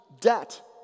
debt